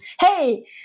hey